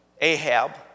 Ahab